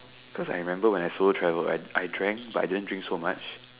cause I remember when I solo travel I I drank but I didn't drink so much